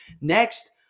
Next